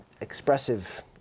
expressive